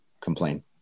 complain